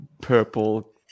purple